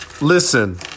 Listen